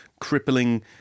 crippling